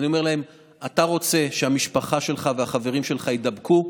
אני אומר להם: אתה רוצה שהמשפחה שלך והחברים שלך יידבקו?